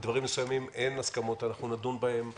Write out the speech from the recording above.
על דברים מסוימים אין הסכמות ואנחנו נדון בהם עכשיו.